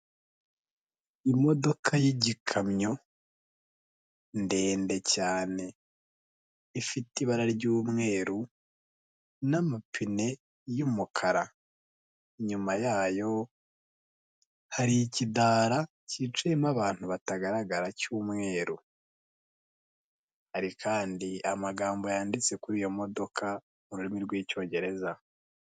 Imodoka y'igikamyo ndende cyane ifite ibara ry'umweru n'amapine y'umukara, inyuma yayo hari ikidara cyicayemo abantu batagaragara cy'umweru hari kandi amagambo yanditse kuri iyo modoka mu rurimi rw'icyongereza.